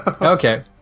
Okay